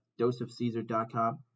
doseofcaesar.com